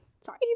Sorry